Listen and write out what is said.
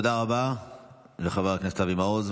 תודה רבה לחבר הכנסת אבי מעוז.